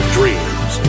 Dreams